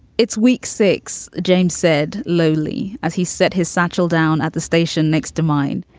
it's week six, james said, lowly as he said, his satchel down at the station next to mine.